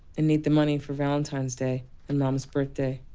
and need the money for valentine's day and mom's birthday,